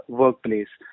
workplace